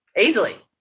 easily